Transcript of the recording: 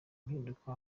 impinduka